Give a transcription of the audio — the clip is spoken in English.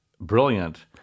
brilliant